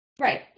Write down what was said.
Right